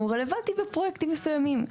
הוא רלוונטי בפרויקטים מסוימים.